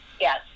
yes